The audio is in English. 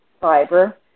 fiber